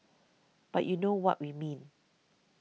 but you know what we mean